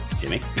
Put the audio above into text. Jimmy